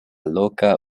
loka